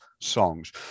songs